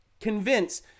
convince